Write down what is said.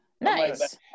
Nice